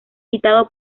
citado